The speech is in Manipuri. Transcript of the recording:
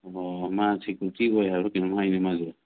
ꯑꯣꯍꯣ ꯃꯥ ꯁꯦꯀ꯭ꯋꯨꯔꯤꯇꯤ ꯑꯣꯏ ꯍꯥꯏꯕ꯭ꯔ ꯀꯩꯅꯣꯝ ꯍꯥꯏꯅꯦ ꯃꯥꯁꯨ